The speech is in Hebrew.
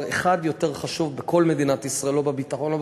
אחד יותר חשוב בכל מדינת ישראל: לא בביטחון,